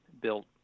built